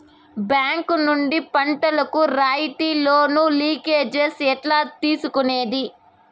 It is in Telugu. బ్యాంకు నుండి పంటలు కు రాయితీ లోను, లింకేజస్ ఎట్లా తీసుకొనేది?